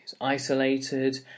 isolated